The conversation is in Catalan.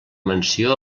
menció